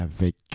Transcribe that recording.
avec